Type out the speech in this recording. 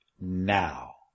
now